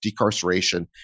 decarceration